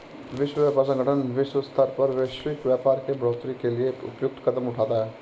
विश्व व्यापार संगठन विश्व स्तर पर वैश्विक व्यापार के बढ़ोतरी के लिए उपयुक्त कदम उठाता है